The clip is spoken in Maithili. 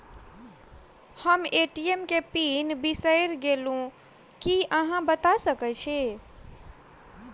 हम ए.टी.एम केँ पिन बिसईर गेलू की अहाँ बता सकैत छी?